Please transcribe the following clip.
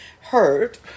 hurt